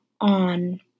on